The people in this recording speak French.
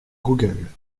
google